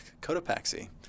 Cotopaxi